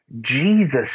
jesus